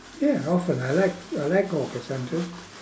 ya often I like I like hawker centers